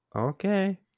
Okay